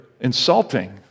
insulting